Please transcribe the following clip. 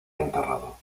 enterrado